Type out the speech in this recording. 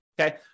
okay